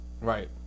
Right